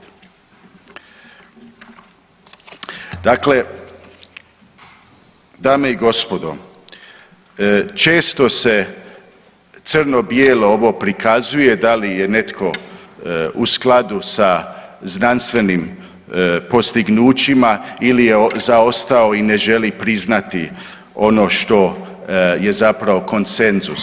Dakle, dame i gospodo, često se crno bijelo ovo prikazuje, da li je netko u skladu sa znanstvenim postignućima ili je zaostao i ne želi priznati ono što je zapravo konsenzus.